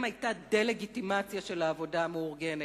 היתה דה-לגיטימציה של העבודה המאורגנת,